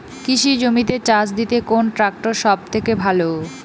কৃষি জমিতে চাষ দিতে কোন ট্রাক্টর সবথেকে ভালো?